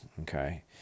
okay